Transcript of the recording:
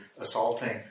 assaulting